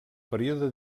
període